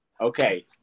Okay